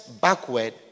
backward